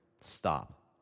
Stop